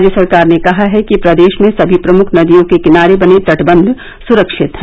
राज्य सरकार ने कहा है कि प्रदेश में सभी प्रमुख नदियों के किनारे बने तटबंध स्रक्षित है